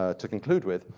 ah to conclude with,